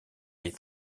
est